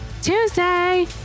Tuesday